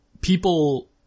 people